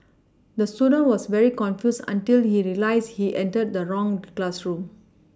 the student was very confused until he realised he entered the wrong classroom